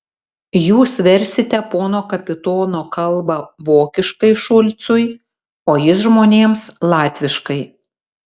jūs versite pono kapitono kalbą vokiškai šulcui o jis žmonėms latviškai